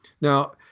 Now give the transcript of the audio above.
now